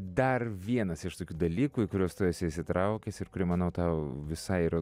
dar vienas iš tokių dalykų į kuriuos tu esi įsitraukęs ir kurie manau tau visai yra